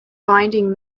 finding